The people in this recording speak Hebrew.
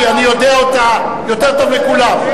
כי אני יודע אותה יותר טוב מכולם.